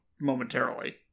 momentarily